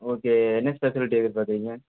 okay என்ன speciality எதிர்பார்க்குறீங்க